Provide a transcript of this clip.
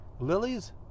Lilies